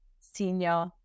senior